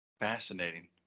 Fascinating